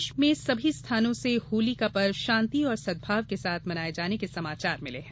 प्रदेश में सभी स्थानों से होली का पर्व शांति और सद्भाव के साथ मनाये जाने के समाचार मिले हैं